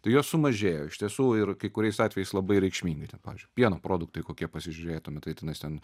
tai jos sumažėjo iš tiesų ir kai kuriais atvejais labai reikšmingai ten pavyzdžiui pieno produktai kokie pasižiūrėtume tai tenais ten